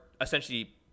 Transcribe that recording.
essentially